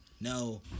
no